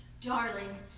Darling